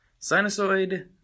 Sinusoid